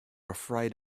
afraid